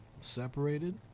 separated